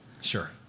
Sure